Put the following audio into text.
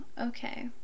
okay